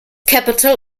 capital